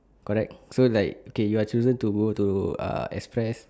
correct so like okay you are chosen to go to ah express